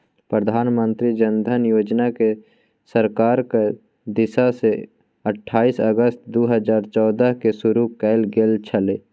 प्रधानमंत्री जन धन योजनाकेँ सरकारक दिससँ अट्ठाईस अगस्त दू हजार चौदहकेँ शुरू कैल गेल छल